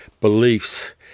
beliefs